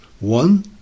One